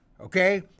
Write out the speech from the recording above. okay